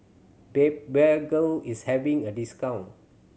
is having a discount